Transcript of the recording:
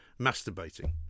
masturbating